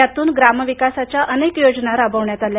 यातून ग्रामविकासाच्या अनेक योजना राबविण्यात आल्या